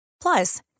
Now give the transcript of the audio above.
Plus